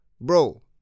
Bro